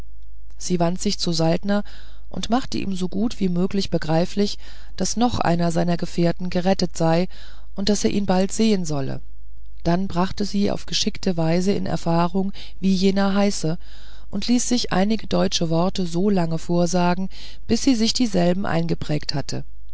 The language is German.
sie wandte sich zu saltner und machte ihm so gut wie möglich begreiflich daß noch einer seiner gefährten gerettet sei und daß er ihn bald sehen solle dann brachte sie auf geschickte weise in erfahrung wie jener heiße und ließ sich einige deutsche worte so lange vorsagen bis sie sich dieselben eingeprägt hatte